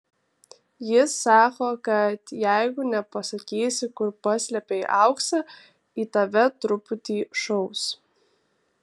jis sako kad jeigu nepasakysi kur paslėpei auksą į tave truputį šaus